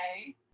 Okay